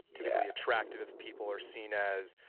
typically attractive people are seen as,